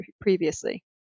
previously